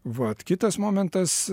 vat kitas momentas